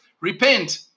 Repent